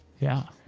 yeah.